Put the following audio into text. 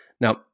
Now